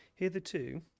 Hitherto